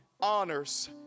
honors